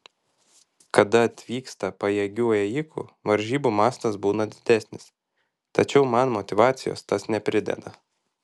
kada atvyksta pajėgių ėjikų varžybų mastas būna didesnis tačiau man motyvacijos tas neprideda